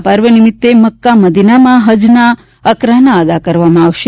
આ પર્વ નિમિત્તે મક્કા મદિનામાં હજના અરકાન અદા કરવામાં આવશે